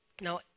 Now